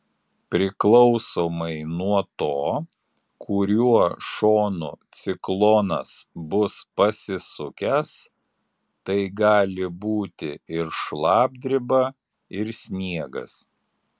priklausomai nuo to kuriuo šonu ciklonas bus pasisukęs tai gali būti ir šlapdriba ir sniegas